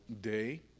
day